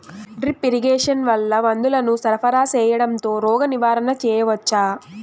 Drip irrigation వల్ల మందులను సరఫరా సేయడం తో రోగ నివారణ చేయవచ్చా?